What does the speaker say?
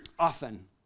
often